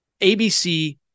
ABC